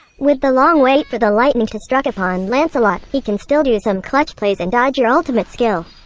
with the long wait for the lightning to struck upon lancelot, he can still do some clutch plays and dodge your ultimate skill.